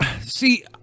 See